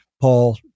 Paul